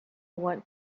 want